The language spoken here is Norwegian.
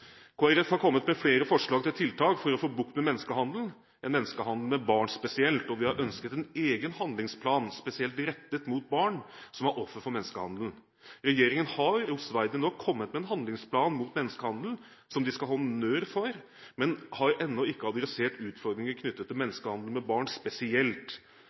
har kommet med flere forslag til tiltak for å få bukt med menneskehandel, menneskehandel med barn spesielt, og vi har ønsket en egen handlingsplan spesielt rettet mot barn som er ofre for menneskehandel. Regjeringen har, rosverdig nok, kommet med en handlingsplan mot menneskehandel, som de skal ha honnør for, men har ennå ikke adressert utfordringer knyttet til menneskehandel med barn spesielt.